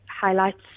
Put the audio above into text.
highlights